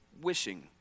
wishing